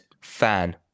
fan